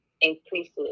increases